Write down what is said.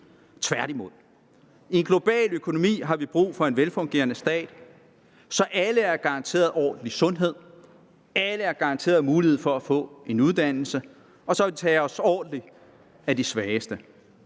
Tværtimod. I en global økonomi har vi brug for en velfungerende stat, så alle er garanteret ordentlig sundhed, alle er garanteret en mulighed for at få en uddannelse, så vi kan tage os ordentligt af de svageste,